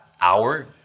hour